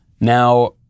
Now